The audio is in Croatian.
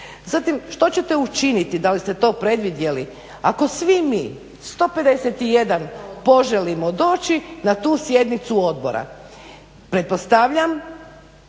Zatim, šta ćete učiniti da li ste to predvidjeli, ako svi mi 151 poželimo doći na tu sjednicu Odbora?